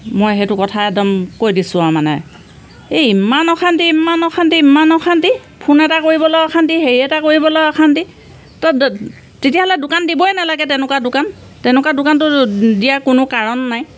মই সেইটো কথা একদম কৈ দিছোঁ আৰু মানে এই ইমান অশান্তি ইমান অশান্তি ইমান অশান্তি ফোন এটা কৰিবলৈ অশান্তি হেৰি এটা কৰিবলৈ অশান্তি ত' তেতিয়াহ'লে দোকান দিবই নালাগে তেনেকুৱা দোকান তেনেকুৱা দোকানটো দিয়া কোনো কাৰণ নাই